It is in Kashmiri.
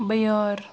بَیار